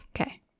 Okay